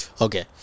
Okay